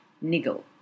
niggle